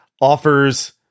offers